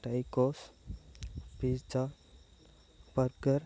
tacos pizza burger